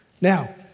Now